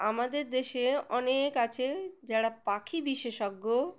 আমাদের দেশে অনেক আছে যারা পাখি বিশেষজ্ঞ